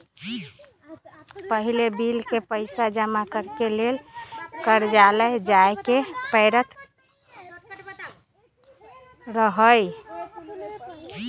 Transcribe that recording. पहिले बिल के पइसा जमा करेके लेल कर्जालय जाय के परैत रहए